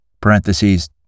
parentheses